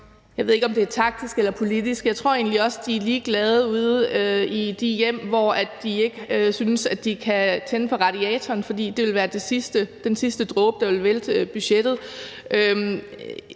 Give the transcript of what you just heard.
Jeg ved ikke, om det er taktisk eller politisk. Jeg tror egentlig også, de er ligeglade ude i de hjem, hvor de ikke synes de kan tænde for radiatoren, fordi det ville være den sidste ting, der vælter budgettet.